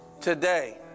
today